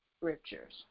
scriptures